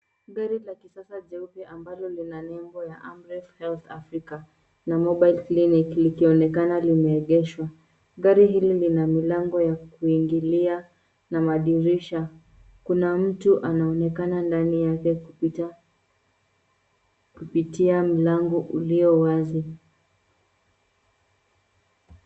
Gari la kisasa jeupe ambalo lina nembo ya, Amref Health Africa na Mobile Clinic, lilionekana limeegeshwa. Gari hili lina milango ya kuingilia na madirisha. Kuna mtu anaonekana ndani yake kupitia mlango ulio wazi.